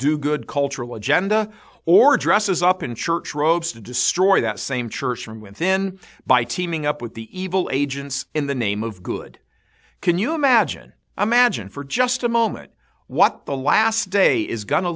do good cultural agenda or dresses up in church robes to destroy that same church from within by teaming up with the evil agents in the name of good can you imagine imagine for just a moment what the last day is gonna